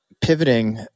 Pivoting